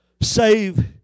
save